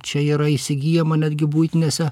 čia yra įsigyjama netgi buitinėse